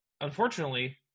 unfortunately